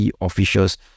officials